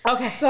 Okay